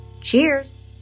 Cheers